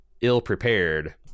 ill-prepared